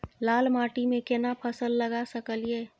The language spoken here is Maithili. लाल माटी में केना फसल लगा सकलिए?